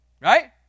Right